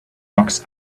dogs